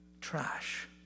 trash